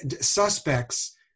suspects